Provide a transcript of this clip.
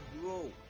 grow